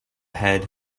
head